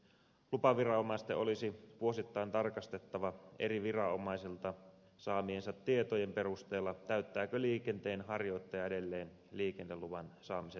lupaviranomaisten olisi vuosittain tarkastettava eri viranomaisilta saamiensa tietojen perusteella täyttääkö liikenteenharjoittaja edelleen liikenneluvan saamisen edellytykset